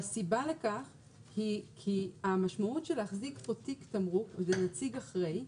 והסיבה לכך היא כי המשמעות של להחזיק פה תיק תמרוק וזה נציג אחראי,